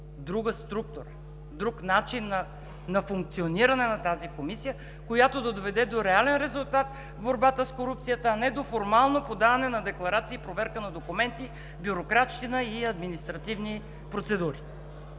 друга структура, друг начин на функциониране на тази комисия, която да доведе до реален резултат в борбата с корупцията, а не до формално подаване на декларации, проверка на документи, бюрокращина и административни процедури.